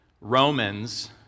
Romans